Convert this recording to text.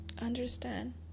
understand